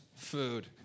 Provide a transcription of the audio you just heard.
Food